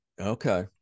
okay